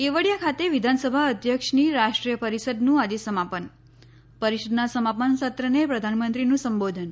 કેવડિયા ખાતે વિધાનસભા અધ્યક્ષની રાષ્ટ્રીય પરિષદનું આજે સમાપન પરિષદના સમાપન સત્રને પ્રધાનમંત્રીનું સંબોધન